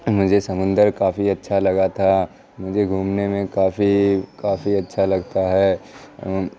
مجھے سمندر کافی اچھا لگا تھا مجھے گھومنے میں کافی کافی اچھا لگتا ہے